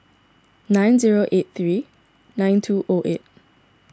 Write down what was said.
nine zero eight three nine two O eight